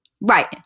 Right